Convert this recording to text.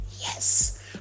yes